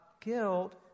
guilt